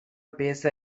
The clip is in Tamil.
பேச